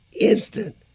instant